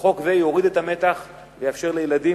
וחוק זה יוריד את המתח ויאפשר לילדים,